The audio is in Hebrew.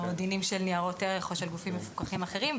דינים של ניירות ערך או של גופים מפוקחים אחרים,